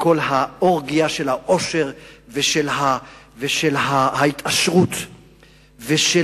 בכל האורגיה של העושר ושל ההתעשרות ושל